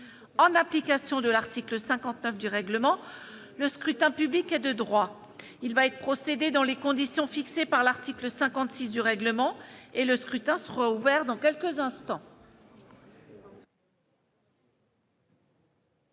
En application de l'article 59 du règlement, le scrutin public ordinaire est de droit. Il va y être procédé dans les conditions fixées par l'article 56 du règlement. Le scrutin est ouvert. Personne ne demande